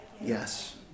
Yes